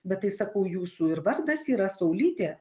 bet tai sakau jūsų ir vardas yra saulytė